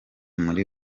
muri